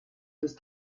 ist